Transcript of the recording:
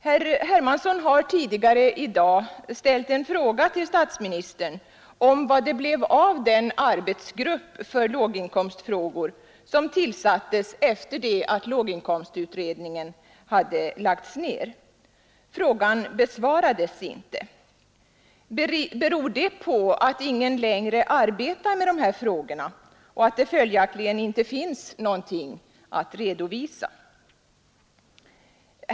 Herr Hermansson har tidigare i dag ställt en fråga till statsministern om vad det blev av den arbetsgrupp för låginkomstfrågor som tillsattes efter det att låginkomstutredningen lagts ned. Frågan besvarades inte. Beror det på att ingen längre arbetar med dessa frågor och att det följaktligen inte finns någonting att redovisa?